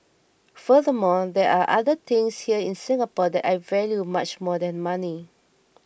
furthermore there are other things here in Singapore that I value much more than money